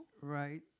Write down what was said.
right